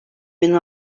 bin